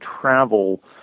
travel